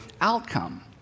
outcome